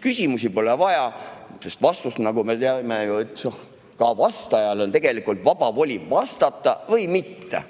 Küsimusi pole vaja, sest nagu me teame, vastajal on tegelikult vaba voli vastata või mitte.